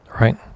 right